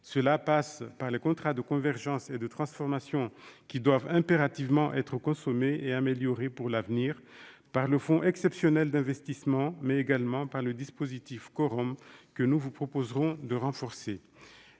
passe par les contrats de convergence et de transformation, qui doivent impérativement être consommés et améliorés pour l'avenir, par le fonds exceptionnel d'investissement (FEI), mais également par le dispositif des Corom, que nous vous proposerons de renforcer.